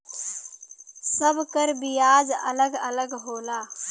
सब कर बियाज अलग अलग होला